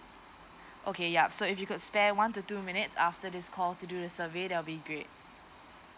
okay yup so if you could spare one to two minutes after this call to do the survey then will be great